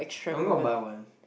I'm going to buy one